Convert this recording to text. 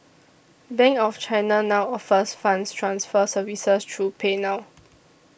bank of China now offers funds transfer services through pay now